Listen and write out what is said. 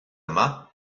yma